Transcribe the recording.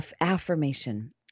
affirmation